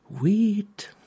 Wheat